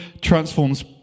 transforms